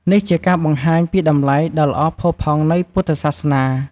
ព្រះសង្ឃដើរតួនាទីជាអ្នកដឹកនាំខាងផ្នែកស្មារតី និងជាអ្នកបង្ហាញផ្លូវក្នុងការអនុវត្តធម៌។